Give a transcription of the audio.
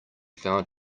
found